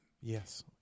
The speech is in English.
Yes